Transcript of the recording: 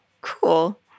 cool